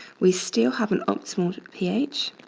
we still have an optimal ph.